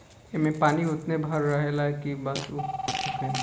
ऐमे पानी ओतने भर रहेला की बस उ सूखे ना